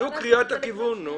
זו קריאת הכיוון.